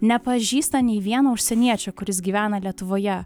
nepažįsta nei vieno užsieniečio kuris gyvena lietuvoje